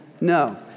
no